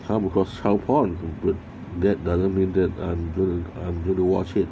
come across child porn but that doesn't mean that I'm gonna I'm gonna watch it